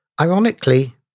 Ironically